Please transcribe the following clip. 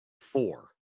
Four